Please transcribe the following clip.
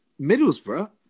Middlesbrough